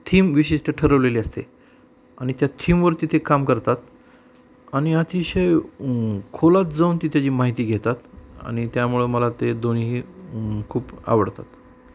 theme विशिष्ठ ठरवलेली असते आणि त्या थीमवरती ते काम करतात आणि अतिशय खोलात जाऊन ते त्याची माहिती घेतात आणि त्यामुळे मला ते दोन्हीही खूप आवडतात